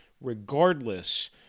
regardless